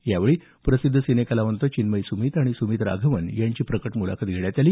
यावेळी प्रसिद्ध सिनेकलावंत चिन्मयी सुमित आणि सुमित राघवन यांची प्रकट मुलाखत घेण्यात आली